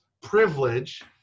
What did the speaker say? privilege